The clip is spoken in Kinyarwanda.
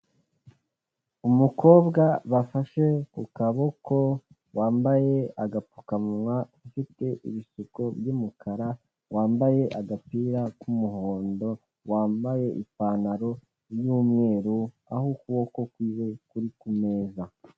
Umukobwa bafashe ku kaboko, wambaye agapfukamunwa, ufite ibisuko by'umukara, wambaye agapira k'umuhondo, wambaye ipantaro y'umweru, aho ukuboko kwiwe kuri ku meza.